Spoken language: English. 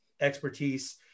expertise